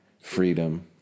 freedom